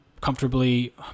comfortably